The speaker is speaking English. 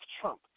Trump